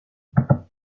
mère